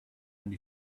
and